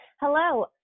Hello